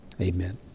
Amen